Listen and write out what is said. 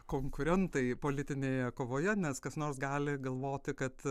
konkurentai politinėje kovoje nes kas nors gali galvoti kad